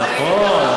נכון.